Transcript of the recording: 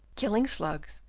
killing slugs,